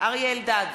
אריה אלדד,